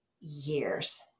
years